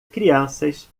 crianças